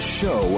show